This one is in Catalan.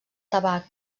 tabac